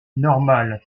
normal